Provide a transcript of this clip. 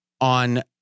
on